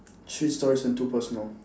three stories and two personal